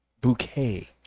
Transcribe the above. bouquet